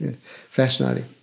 Fascinating